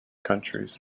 countries